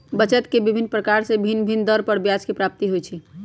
बचत के विभिन्न प्रकार से भिन्न भिन्न दर पर ब्याज के प्राप्ति होइ छइ